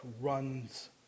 runs